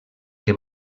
que